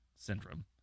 syndrome